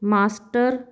master